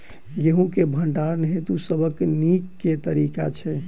गेंहूँ केँ भण्डारण हेतु सबसँ नीक केँ तरीका छै?